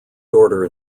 order